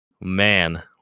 man